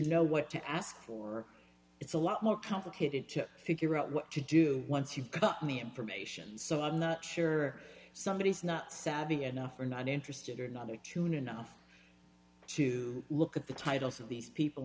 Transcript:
know what to ask for it's a lot more complicated to figure out what to do once you've got me information so i'm not sure somebody is not savvy enough or not interested or not they tune enough to look at the titles of these people